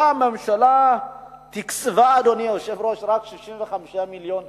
באה הממשלה ותקצבה רק 65 מיליון שקל,